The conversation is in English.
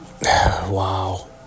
Wow